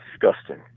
disgusting